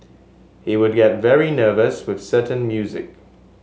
he would get very nervous with certain music